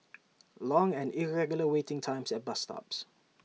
long and irregular waiting times at bus stops